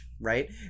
right